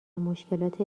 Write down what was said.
مشکلات